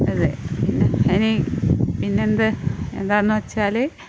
അത് അതിനെ പിന്നെന്ത് എന്താന്ന് വെച്ചാൽ